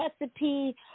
recipe